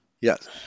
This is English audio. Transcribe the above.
Yes